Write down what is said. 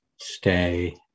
Stay